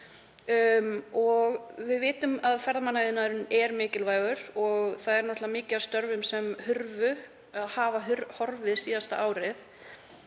Við vitum að ferðamannaiðnaðurinn er mikilvægur og það er náttúrlega mikið af störfum sem hafa horfið síðasta árið.